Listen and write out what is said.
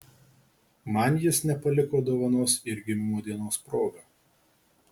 man jis nepaliko dovanos ir gimimo dienos proga